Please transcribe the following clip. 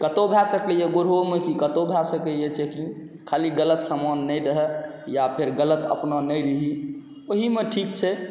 कतहु भए सकैए गुरहोलमे की कतहु भए सकैए चेकिंग खाली गलत सामान नहि रहय या फेर गलत अपना नहि रही ओहीमे ठीक छै